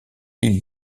l’île